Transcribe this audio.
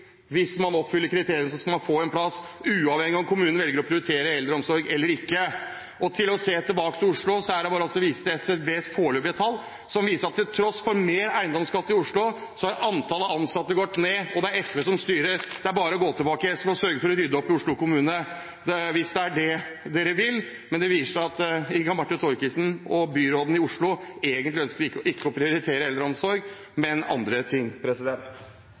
hvis man oppfyller kriteriene, skal man få en plass uavhengig av om kommunen velger å prioritere eldreomsorg eller ikke. Hvis vi ser tilbake til Oslo, viser SSBs foreløpige tall at til tross for mer eiendomsskatt i Oslo, er antallet ansatte gått ned. Det er SV som styrer: Det er bare å gå tilbake og sørge for å rydde opp i Oslo kommune, hvis det er det de vil. Men det viser seg at Inga Marte Thorkildsen og byråden i Oslo egentlig ikke ønsker å prioritere eldreomsorg, men andre ting.